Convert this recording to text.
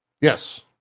Yes